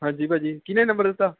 ਹਾਂਜੀ ਭਾਅ ਜੀ ਕਿਹਨੇ ਨੰਬਰ ਦਿੱਤਾ